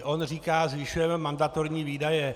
On říká: zvyšujeme mandatorní výdaje.